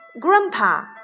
Grandpa